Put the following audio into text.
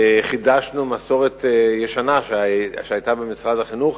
חידשנו מסורת ישנה שהיתה במשרד החינוך.